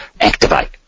activate